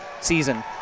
season